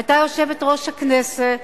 היתה יושבת-ראש הכנסת.